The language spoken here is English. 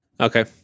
Okay